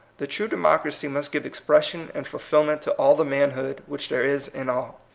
the true democracy must give expression and fulfilment to all the manhood which there is in all.